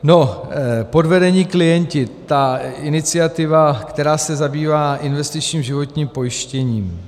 No, Podvedení klienti, ta iniciativa, která se zabývá investičním životním pojištěním.